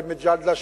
גאלב מג'אדלה,